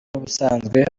n’ubusanzwe